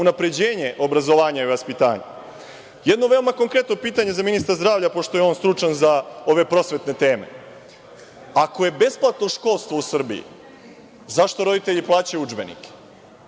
unapređenje obrazovanja i vaspitanja. Jedno veoma konkretno pitanje za ministra zdravlja, pošto je on stručnjak za ove prosvetne teme. Ako je besplatno školstvo u Srbiji, zašto roditelji plaćaju udžbenike?